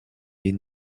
est